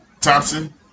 Thompson